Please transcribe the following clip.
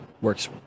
works